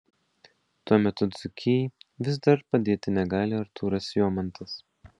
tuo metu dzūkijai vis dar padėti negali artūras jomantas